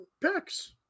picks